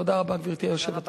תודה רבה, גברתי היושבת-ראש.